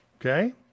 Okay